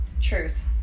Truth